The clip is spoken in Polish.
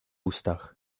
ustach